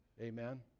Amen